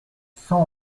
cent